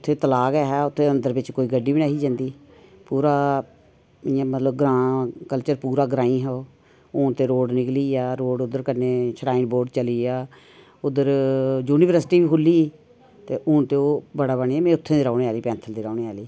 ते तला गै हा उत्थै बिच्च अंदर कोई गड्डी बी नेईं ही जंदी पूरा इयां मतलब ग्रांऽ कल्चर पूरा ग्राईं हा ओ हून ते रोड़ निकली गेआ रोड़ उद्धर कन्नै श्राइन बोर्ड चली गेआ उद्धर यूनिवर्सटी बी खुल्ली गेई ते हून ते ओह् बड़ा बनी दा में उत्थैं दी गै रोह्ने आह्ली पैंथल दी रौह्ने आह्ली